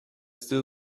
still